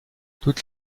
toutes